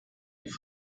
die